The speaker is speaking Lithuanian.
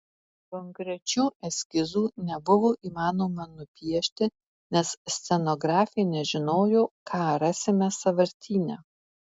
konkrečių eskizų nebuvo įmanoma nupiešti nes scenografė nežinojo ką rasime sąvartyne